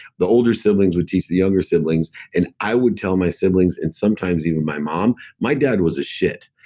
the older siblings would teach the younger siblings, and i would tell my siblings, and sometimes even my mom. my dad was a shit.